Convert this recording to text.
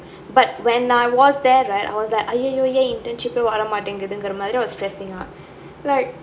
but when I was there right I was !aiyiyo! ஏன்:yaen internship வரமாடீங்குது மாறி:vara maateenguthu maari I was stressing up like